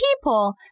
people